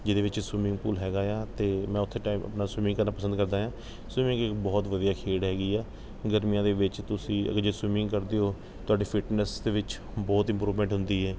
ਜਿਹਦੇ ਵਿੱਚ swimming pool ਹੈਗਾ ਆ ਅਤੇ ਮੈਂ ਉੱਥੇ ਟਾਈਮ ਆਪਣਾ ਸਵੀਮਿੰਗ ਕਰਨਾ ਪਸੰਦ ਕਰਦਾ ਹਾਂ ਸਵੀਮਿੰਗ ਇੱਕ ਬਹੁਤ ਵਧੀਆ ਖੇਡ ਹੈਗੀ ਆ ਗਰਮੀਆਂ ਦੇ ਵਿੱਚ ਤੁਸੀਂ ਅਗਰ ਜੇ ਸਵੀਮਿੰਗ ਕਰਦੇ ਹੋ ਤੁਹਾਡੀ ਫਿਟਨੈੱਸ ਦੇ ਵਿੱਚ ਬਹੁਤ ਇੰਪਰੂਵਮੈਂਟ ਹੁੰਦੀ ਹੈ